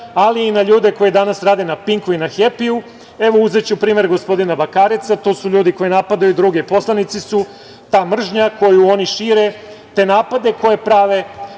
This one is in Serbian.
ali i na ljude koji danas rade na „Pinku“ i na „Hepiju“, evo uzeću primer gospodina Bakareca, to su ljudi koji napadaju druge, poslanici su. Ta mržnja koju oni šire, te napade koje prave,